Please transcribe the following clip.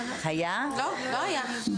לא, לא היה.